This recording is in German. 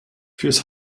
fürs